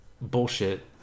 bullshit